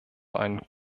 ein